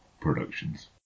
Productions